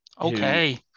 Okay